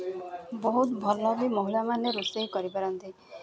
ବହୁତ ଭଲ ବି ମହିଳାମାନେ ରୋଷେଇ କରିପାରନ୍ତି